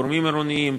גורמים עירוניים,